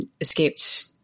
escaped